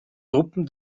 truppen